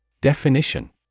Definition